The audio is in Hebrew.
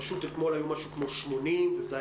פשוט אתמול היו משהו כמו 80 והיה